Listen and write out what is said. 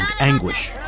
anguish